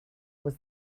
was